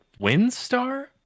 Windstar